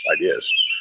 ideas